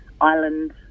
island